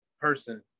person